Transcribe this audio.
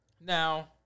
Now